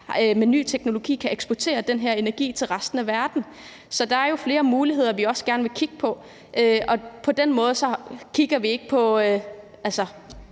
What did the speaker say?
med ny teknologi kan eksportere den her energi til resten af verden. Så der er jo flere muligheder, vi også gerne vil kigge på, og på den måde er det ikke